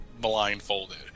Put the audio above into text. blindfolded